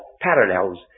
parallels